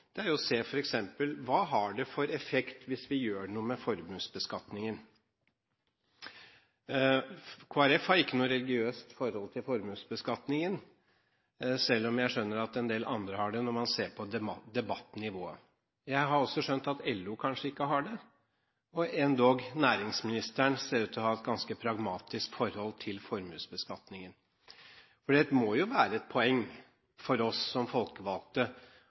er å se f.eks. på hva det har av effekt hvis vi gjør noe med formuesbeskatningen. Kristelig Folkeparti har ikke noe religiøst forhold til formuesbeskatningen, selv om jeg skjønner at en del andre har det, når man ser på debattnivået. Jeg har også skjønt at LO kanskje ikke har det. Endog ser næringsministeren ut til å ha et ganske pragmatisk forhold til formuesbeskatningen. Det må jo være et poeng for oss som folkevalgte